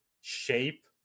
shape